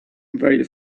very